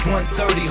130